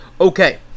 Okay